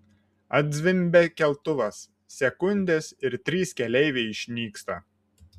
atzvimbia keltuvas sekundės ir trys keleiviai išnyksta